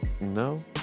no